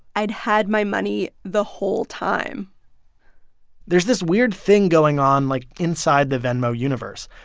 i'd had my money the whole time there's this weird thing going on, like, inside the venmo universe.